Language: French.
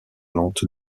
lente